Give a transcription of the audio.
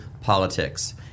politics